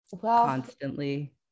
constantly